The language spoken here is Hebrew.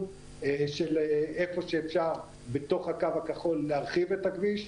של איפה שאפשר בתוך הקו הכחול להרחיב את הכביש.